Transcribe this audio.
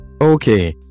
Okay